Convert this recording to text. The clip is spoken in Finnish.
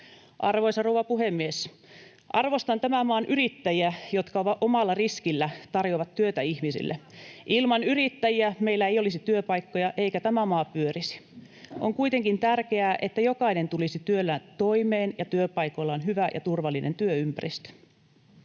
Arvoisa rouva puhemies! Arvostan tämän maan yrittäjiä, jotka omalla riskillä tarjoavat työtä ihmisille. [Välihuuto vasemmalta] Ilman yrittäjiä meillä ei olisi työpaikkoja eikä tämä maa pyörisi. On kuitenkin tärkeää, että jokainen tulisi työllään toimeen ja työpaikoilla on hyvä ja turvallinen työympäristö.